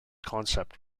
concept